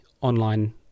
online